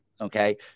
okay